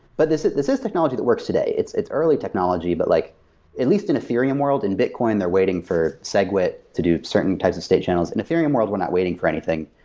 but this this is technology that works today. it's it's early technology, but like at least in ethereum world. in bitcoin, they're waiting for segwit to do certain types of state channels. in ethereum world, we're not waiting for anything.